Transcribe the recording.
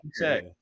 check